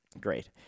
Great